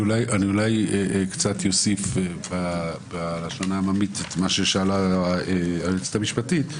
אני קצת אוסיף את מה ששאלה היועצת המשפטית: